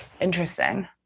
Interesting